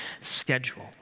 schedule